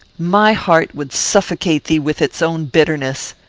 my heart would suffocate thee with its own bitterness!